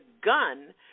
gun